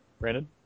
Brandon